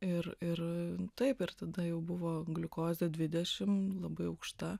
ir ir taip ir tada jau buvo gliukozė dvidešim labai aukšta